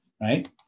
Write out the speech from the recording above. right